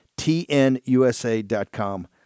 TNUSA.com